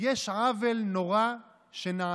קשה